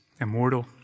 immortal